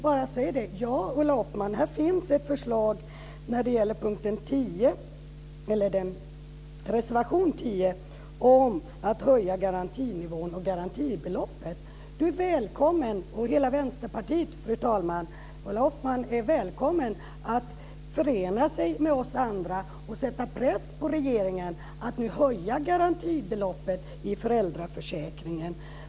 Jag säger: Ja, Ulla Hoffmann, i reservation 10 finns ett förslag om att höja garantinivån och garantibeloppet. Ulla Hoffmann och hela Vänsterpartiet är välkomna att förena sig med oss andra och sätta press på regeringen att nu höja garantibeloppet i föräldraförsäkringen.